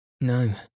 No